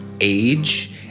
age